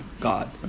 god